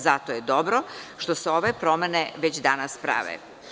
Zato je dobro što se ove promene već danas prave.